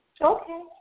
Okay